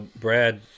Brad